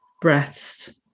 breaths